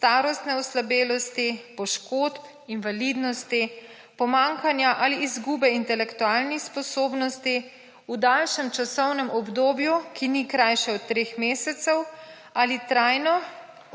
starostne oslabelosti, poškodb, invalidnosti, pomanjkanja ali izgube intelektualnih sposobnosti v daljšem časovnem obdobju, ki ni krajše od treh mesecev ali trajno